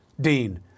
Dean